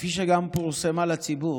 כפי שגם פורסמה לציבור,